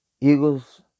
Eagles